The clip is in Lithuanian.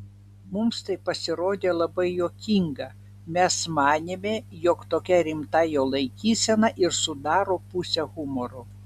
mums tai pasirodė labai juokinga mes manėme jog tokia rimta jo laikysena ir sudaro pusę humoro